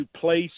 place